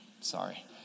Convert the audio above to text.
sorry